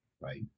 Right